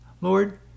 Lord